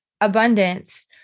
abundance